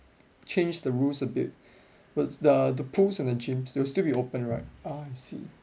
changed the rules a bit it's the the pools and the gyms they will still be opened right ah I see